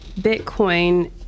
Bitcoin